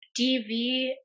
DV